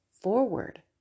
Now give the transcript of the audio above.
forward